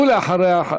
ואחריה,